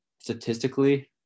statistically